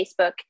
Facebook